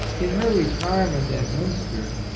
in her re tirement at munster,